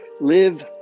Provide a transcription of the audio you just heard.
Live